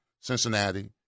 Cincinnati